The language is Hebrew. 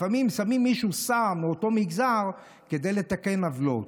לפעמים שמים מישהו שר מאותו מגזר כדי לתקן עוולות,